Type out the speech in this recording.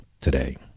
today